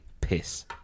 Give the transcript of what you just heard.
piss